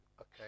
Okay